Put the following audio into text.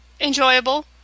enjoyable